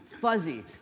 fuzzy